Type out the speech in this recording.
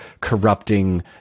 corrupting